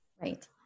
Right